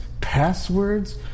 passwords